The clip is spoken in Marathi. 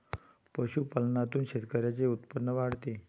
पशुपालनातून शेतकऱ्यांचे उत्पन्न वाढते